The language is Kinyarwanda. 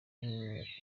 yari